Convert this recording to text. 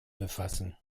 befassen